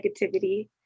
negativity